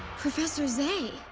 professor zei.